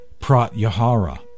pratyahara